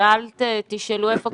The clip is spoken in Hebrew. ואל תשאלו איפה,